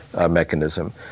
mechanism